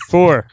Four